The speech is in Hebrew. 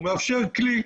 הוא מאפשר כלי.